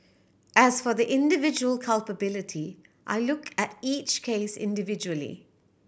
as for their individual culpability I looked at each case individually